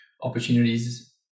opportunities